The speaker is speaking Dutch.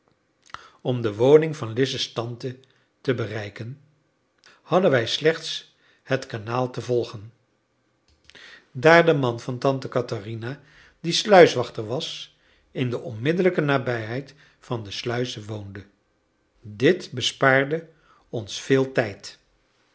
om de woning van lize's tante te bereiken hadden wij slechts het kanaal te volgen daar de man van tante katharina die sluiswachter was in de onmiddellijke nabijheid van de sluis woonde dit bespaarde ons veel tijd